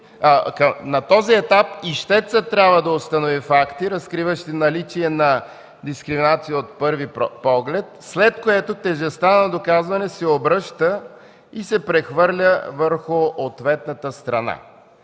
на този етап ищецът трябва да установи факти, разкриващи наличие на дискриминация от пръв поглед, след което тежестта на доказване се обръща и се прехвърля върху ответната страна.